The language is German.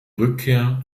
rückkehr